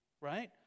right